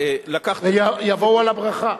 יבואו על הברכה.